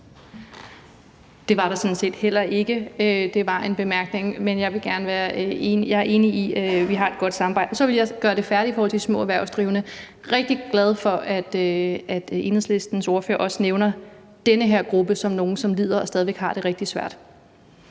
Det var der sådan set heller ikke. Det var en bemærkning. Men jeg er enig i, at vi har et godt samarbejde. Så vil jeg gøre det med de små erhvervsdrivende færdigt. Jeg er rigtig glad for, at Enhedslistens ordfører også nævner den her gruppe som nogle, som lider og stadig væk har det rigtig svært.